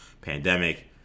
pandemic